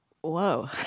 Whoa